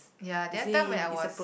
ya the other time when I was